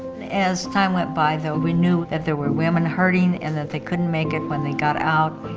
as time went by though we knew that there were women hurting, and that they couldn't make it when they got out.